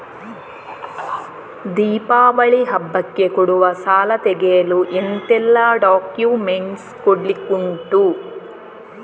ದೀಪಾವಳಿ ಹಬ್ಬಕ್ಕೆ ಕೊಡುವ ಸಾಲ ತೆಗೆಯಲು ಎಂತೆಲ್ಲಾ ಡಾಕ್ಯುಮೆಂಟ್ಸ್ ಕೊಡ್ಲಿಕುಂಟು?